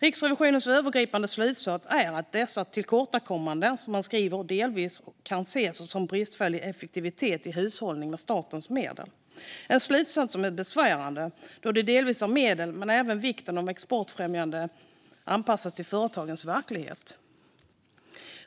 Riksrevisionens övergripande slutsats är att dessa tillkortakommanden, som man skriver, delvis kan ses som bristfällig effektivitet i hushållningen med statens medel, en slutsats som är besvärande då det delvis handlar om medel men även om vikten av att exportfrämjande anpassas till företagens verklighet.